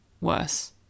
worse